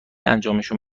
انجامشون